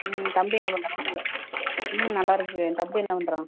ம் தம்பி என்ன பண்ணுறான் ம் நல்லா இருக்கேன் தம்பி என்ன பண்ணுறான்